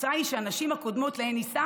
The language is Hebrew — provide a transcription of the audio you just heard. התוצאה היא שהנשים הקודמות שלהן הוא נישא